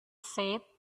said